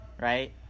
right